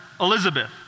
Elizabeth